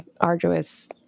arduous